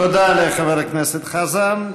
תודה לחבר הכנסת חזן.